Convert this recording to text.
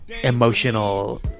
emotional